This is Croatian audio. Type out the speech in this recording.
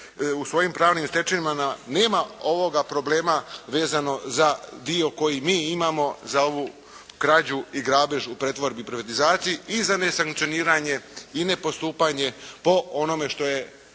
u svojim pravnim stečevinama nema ovoga problema vezano za ovaj dio koji mi imamo, vezano za ovu krađu i grabež u pretvorbi i privatizaciji i nesankcioniranje i nepostupanje po onome što je